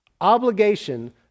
obligation